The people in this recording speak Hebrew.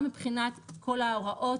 גם מבחינת כל ההוראות,